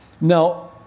Now